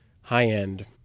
high-end